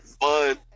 fun